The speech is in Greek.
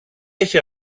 έχει